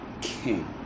King